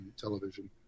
television